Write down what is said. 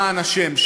למען השם,